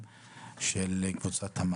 שלום לכולם.